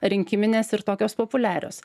rinkiminės ir tokios populiarios